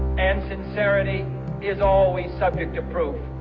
and sincerity is always subject to proof.